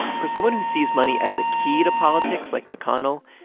for someone who sees money as a key to politics like mcconnell,